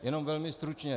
Jenom velmi stručně.